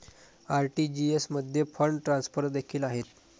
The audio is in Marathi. आर.टी.जी.एस मध्ये फंड ट्रान्सफर देखील आहेत